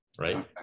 Right